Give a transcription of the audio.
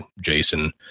Jason